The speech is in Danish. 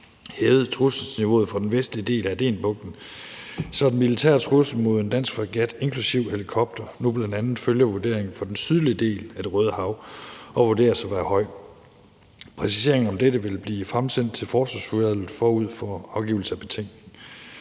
hævet trusselsniveauet for den vestlige del af Adenbugten, så den militære trussel mod en dansk fregat inklusive helikopter nu bl.a. følger vurderingen for den sydlige del af Det Røde Hav og vurderes at være høj. Præciseringen af dette vil blive fremsendt til Forsvarsudvalget forud for afgivelse af betænkning.